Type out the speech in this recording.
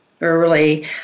early